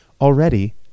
Already